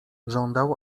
żądał